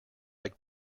like